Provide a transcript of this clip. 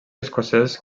escocès